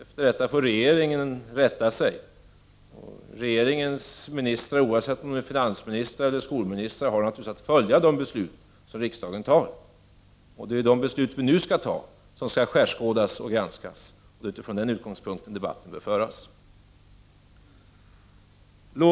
Efter detta får regeringens ministrar rätta sig. Oavsett om de är finansministrar eller skolministrar har de att följa de beslut som riksdagen fattar. Det är de beslut vi nu skall fatta som skall skärskådas och granskas. Det är också med den utgångspunkten som debatten bör föras. Fru talman!